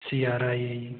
C R I